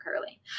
curly